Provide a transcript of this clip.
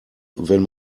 wenn